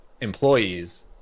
employees